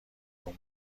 اون